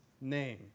name